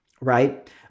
right